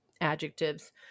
adjectives